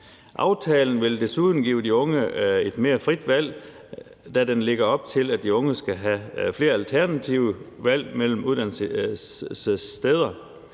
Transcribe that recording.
Aftalen vil desuden give de unge et mere frit valg, da den lægger op til, at de unge skal have flere alternative valg mellem uddannelsessteder.